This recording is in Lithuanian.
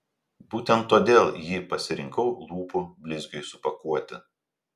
būtent todėl jį pasirinkau lūpų blizgiui supakuoti